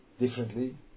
differently